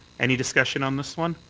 any discussion on this one?